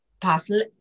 parcel